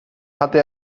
hatte